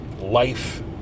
Life